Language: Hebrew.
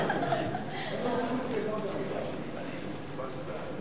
התשע"א 2011, לוועדת החוקה, חוק ומשפט נתקבלה.